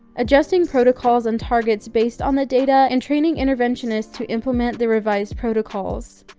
adjusting protocols and targets based on the data and training interventionist to implement the revised protocols.